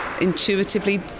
intuitively